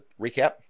recap